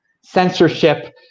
censorship